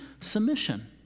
submission